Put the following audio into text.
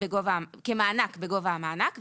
כמענק בגובה המענק,